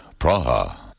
Praha